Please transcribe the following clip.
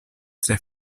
tre